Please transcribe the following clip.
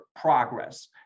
progress